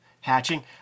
hatching